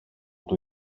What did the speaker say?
του